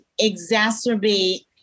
exacerbate